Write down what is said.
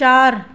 चारि